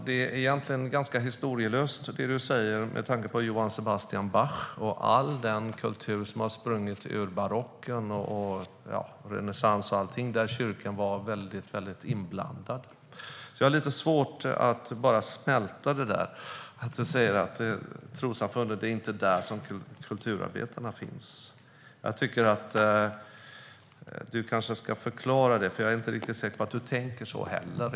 Det är ganska historielöst det du säger med tanke på Johann Sebastian Bach och all den kultur som har sprungit ur barocken, renässans och allting där kyrkan var väldigt inblandad. Jag har lite svårt att smälta att du säger att det inte är i trossamfunden som kulturarbetarna finns. Du kanske ska förklara det. Jag är inte riktigt säker på att du tänker så egentligen.